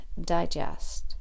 digest